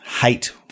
Hate